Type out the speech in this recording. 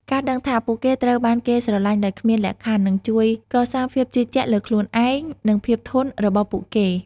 ការដឹងថាពួកគេត្រូវបានគេស្រឡាញ់ដោយគ្មានលក្ខខណ្ឌ នឹងជួយកសាងភាពជឿជាក់លើខ្លួនឯង និងភាពធន់របស់ពួកគេ។